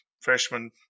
freshman